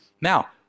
Now